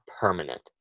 permanent